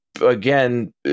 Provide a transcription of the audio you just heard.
Again